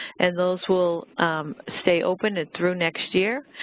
and those will stay open and through next year,